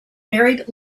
married